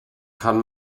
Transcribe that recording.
kann